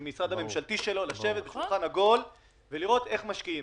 עם המשרד הממשלתי שלו ויראה איך משקיעים.